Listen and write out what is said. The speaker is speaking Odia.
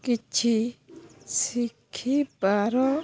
କିଛି ଶିଖିବାର